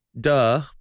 duh